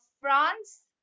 France